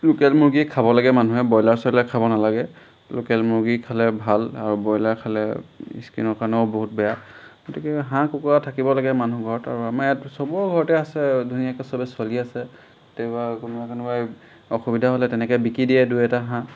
local মুৰ্গী খাব লাগে মানুহে ব্ৰইলাৰ চইলাৰ খাব নালাগে লোকেল মুৰ্গী খালে ভাল আৰু ব্ৰইলাৰ খালে স্কিনৰ কাৰণেও বহুত বেয়া গতিকে হাঁহ কুকুৰা থাকিব লাগে মানুহৰ ঘৰত আৰু আমাৰ ইয়াত চবৰ ঘৰতে আছে ধুনীয়াকৈ চবেই চলি আছে কেতিয়াবা কোনোবা কোনোবাই অসুবিধা হ'লে তেনেকৈ বিকি দিয়ে দুই এটা হাঁহ